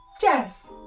Jess